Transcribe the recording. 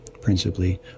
principally